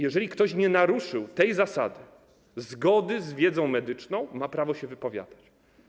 Jeżeli ktoś nie naruszył zasady zgody z wiedzą medyczną, ma prawo się wypowiadać.